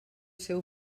seu